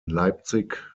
leipzig